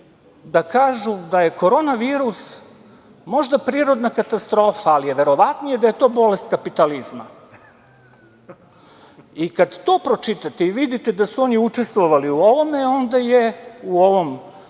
da kažu da je korona virus možda prirodna katastrofa, ali je verovatnije da je to bolest kapitalizma. Kada to pročitate i vidite da su oni učestvovali u ovom, da kažem,